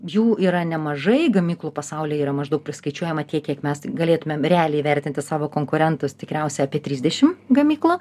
jų yra nemažai gamyklų pasaulyje yra maždaug priskaičiuojama tiek kiek mes galėtumėm realiai vertinti savo konkurentus tikriausiai apie trisdešim gamyklų